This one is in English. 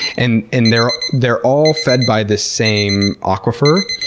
and and they're they're all fed by the same aquifer,